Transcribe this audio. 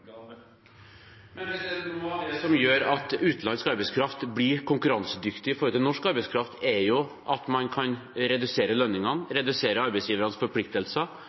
det som gjør at utenlandsk arbeidskraft blir konkurransedyktig i forhold til norsk arbeidskraft, er jo at man kan redusere lønningene, redusere arbeidsgivernes forpliktelser